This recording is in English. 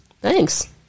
Thanks